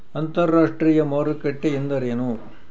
ಅಂತರಾಷ್ಟ್ರೇಯ ಮಾರುಕಟ್ಟೆ ಎಂದರೇನು?